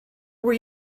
were